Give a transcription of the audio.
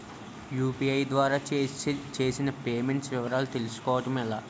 UPI ద్వారా చేసిన payments వివరాలు తెలుసుకోవటం ఎలా?